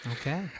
Okay